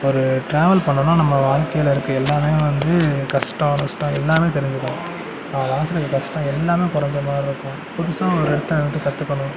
ஒரு ட்ராவல் பண்ணோனா நம்ம வாழ்க்கையில் இருக்க எல்லாமே வந்து கஷ்டம் நஷ்டம் எல்லாமே தெரிஞ்சிக்கலாம் நம்ம மனசில் இருக்க கஷ்டம் எல்லாமே குறஞ்சமாதிரி இருக்கும் புதுசாக ஒரு இடத்த வந்து கற்றுக்கணும்